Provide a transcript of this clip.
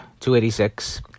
286